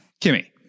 Kimmy